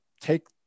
take